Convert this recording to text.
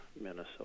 minnesota